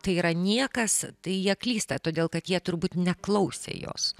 tai yra niekas tai jie klysta todėl kad jie turbūt neklausė jos